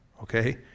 Okay